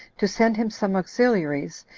to send him some auxiliaries,